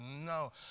no